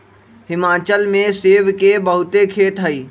हिमाचल में सेब के बहुते खेत हई